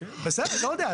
בסדר, לא יודע.